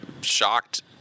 shocked